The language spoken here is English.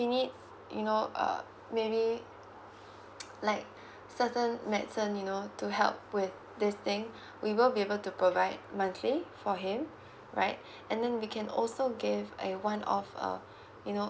needs you know uh maybe like certain medicines you know to help with this thing we will be able to provide monthly for him right and then we can also give a one off uh you know